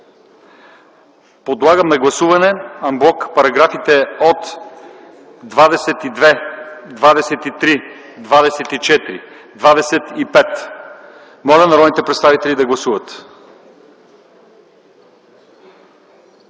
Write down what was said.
Подлагам на гласуване ан блок § 22, 23, 24 и 25. Моля народните представители да гласуват.